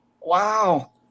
wow